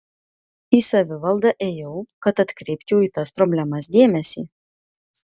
į savivaldą ėjau kad atkreipčiau į tas problemas dėmesį